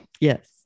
Yes